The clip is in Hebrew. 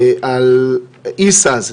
על עיסא הזה